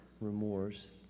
remorse